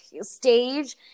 stage